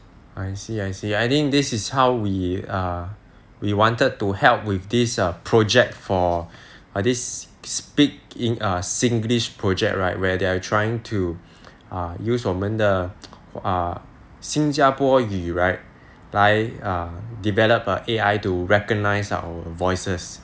I see I see I think this is how we err we wanted to help with this err project for err this speak in singlish project right where they are trying to err use 我们的 err 新加坡语 right 来 err develop a A_I to recognise our voices